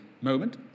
moment